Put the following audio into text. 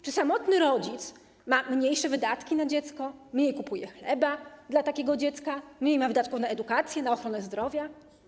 Czy samotny rodzic ma mniejsze wydatki na dziecko, kupuje mniej chleba dla takiego dziecka, ma mniej wydatków na edukację, na ochronę zdrowia?